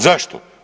Zašto?